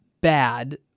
bad